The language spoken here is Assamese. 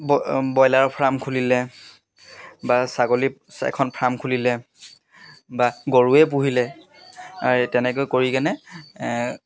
ব বইলাৰৰ ফাৰ্ম খুলিলে বা ছাগলী এখন ফাৰ্ম খুলিলে বা গৰুৱে পুহিলে তেনেকৈ কৰি কেনে